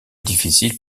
difficiles